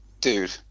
dude